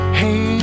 hey